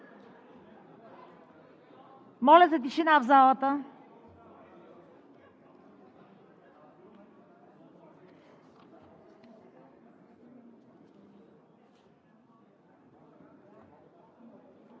Моля за тишина в залата!